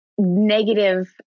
Negative